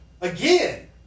again